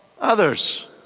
others